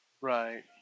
Right